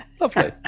lovely